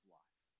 life